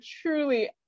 truly